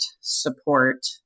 support